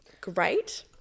great